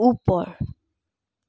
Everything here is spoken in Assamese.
ওপৰ